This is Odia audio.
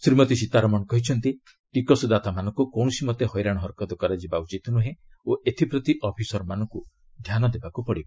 ଶ୍ରୀ ସୀତାରମଣ କହିଛନ୍ତି ଟିକସଦାତା ମାନଙ୍କୁ କୌଣସିମତେ ହଇରାଣହରକତ କରାଯିବା ଉଚିତ୍ ନୁହେଁ ଓ ଏଥିପ୍ରତି ଅଫିସରମାନଙ୍କୁ ଧ୍ୟାନ ଦେବାକୁ ହେବ